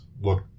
look